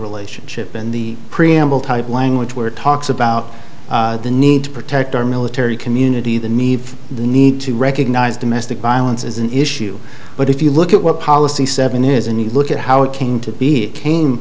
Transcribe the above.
relationship in the preamble type language where it talks about the need to protect our military community the need for the need to recognize domestic violence is an issue but if you look at what policy seven is and you look at how it came to be it came